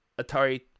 atari